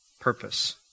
purpose